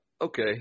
okay